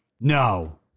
No